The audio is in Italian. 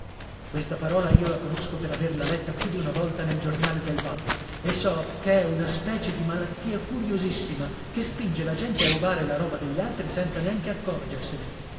questa parola io la conosco per averla letta più di una volta nel giornale del babbo e so che è una specie di malattia curiosissima che spinge la gente a rubare la roba degli altri senza neanche accorgersene